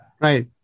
Right